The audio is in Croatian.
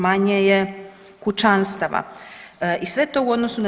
Manje je kućanstava i sve to u odnosu na